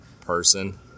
person